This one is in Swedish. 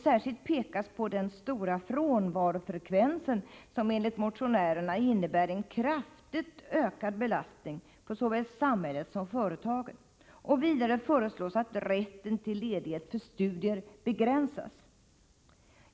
Särskilt pekas på den stora frånvarofrekvensen, som enligt motionärerna innebär en kraftigt ökad belastning på såväl samhället som företagen. Vidare föreslås att rätten till ledighet för studier begränsas.